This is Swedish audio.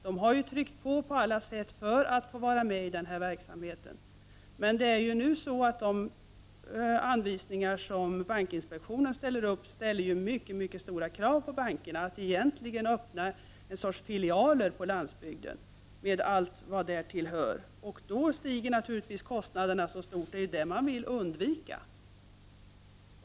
De har tryckt på på alla sätt för att få vara med i denna verksamhet. Men de anvisningar som bankinspektionen ställer upp ställer mycket stora krav på bankerna att egentligen öppna en sorts filialer på landsbygden med allt vad därtill hör. Då stiger naturligtvis kostnaderna mycket, och det är ju kostnaderna man vill undvika.